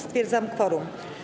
Stwierdzam kworum.